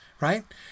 Right